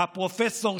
על מכוניות השרד שלכם,